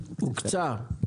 הוקצה.